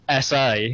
SA